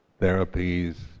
therapies